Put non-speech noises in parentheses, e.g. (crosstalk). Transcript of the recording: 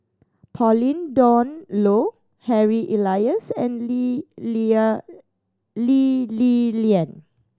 Pauline Dawn Loh Harry Elias and Lee (unintelligible) Lee Li Lian